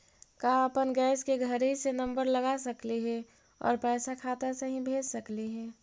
का अपन गैस के घरही से नम्बर लगा सकली हे और पैसा खाता से ही भेज सकली हे?